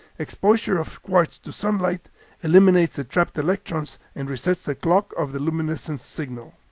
exposure of quartz to sunlight eliminates the trapped electrons and resets the clock of the luminescence signal.